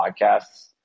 podcasts